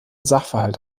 sachverhalt